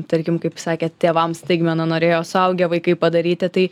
tarkim kaip sakėt tėvams staigmeną norėjo suaugę vaikai padaryti tai